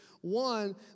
One